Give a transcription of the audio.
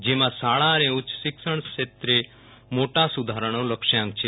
જેમાં શાળા અને ઉચ્ય શિક્ષણ ક્ષેત્રે મોટા સુધારાનો લક્ષ્યાંક છે